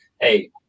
hey